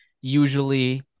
usually